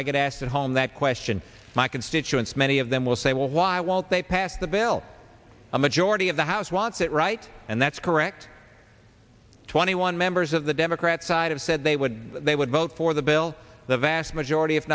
i get asked at home that question my constituents many of them will say well why won't they pass the bill a majority of the house wants it right and that's correct twenty one members of the democrat side of said they would they would vote for the bill the vast majority